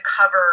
cover